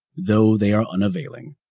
though they are unavailing.